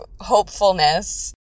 hopefulness